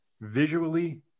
Visually